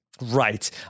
Right